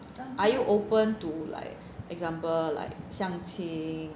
are you open to like example like 相亲